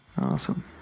Awesome